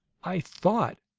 i thought,